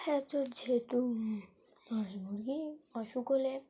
হ্যাঁ চলছে তো হাঁস মুরগির অসুখ হলে